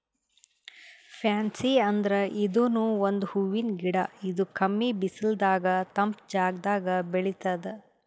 fancy ಅಂದ್ರ ಇದೂನು ಒಂದ್ ಹೂವಿನ್ ಗಿಡ ಇದು ಕಮ್ಮಿ ಬಿಸಲದಾಗ್ ತಂಪ್ ಜಾಗದಾಗ್ ಬೆಳಿತದ್